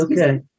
okay